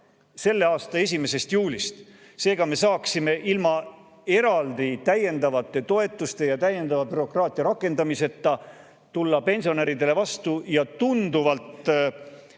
selle aasta 1. juulist. Sedasi me saaksime ilma täiendavate toetuste ja täiendava bürokraatia rakendamiseta tulla pensionäridele vastu, tunduvalt